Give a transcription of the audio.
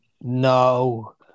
no